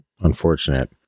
Unfortunate